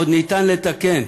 עוד ניתן לתקן.